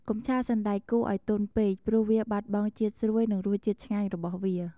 កុំឆាសណ្ដែកគួរឱ្យទន់ពេក ព្រោះវាបាត់បង់ជាតិស្រួយនិងរសជាតិឆ្ងាញ់របស់វា។